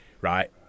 right